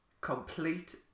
complete